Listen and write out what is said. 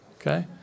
Okay